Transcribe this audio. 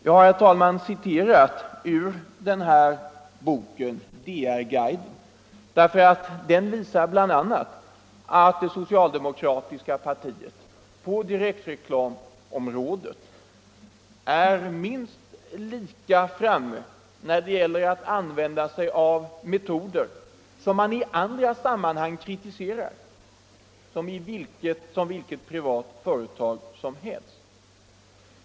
Jag har, herr talman, citerat ur boken DR-guiden därför att den bl.a. visar att det socialdemokratiska partiet på direktreklamområdet är minst lika framme som vilket privat företag som helst när det gäller att använda metoder som det i andra sammanhang kritiserar.